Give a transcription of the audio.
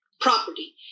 property